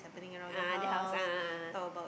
a'ah that house a'ah a'ah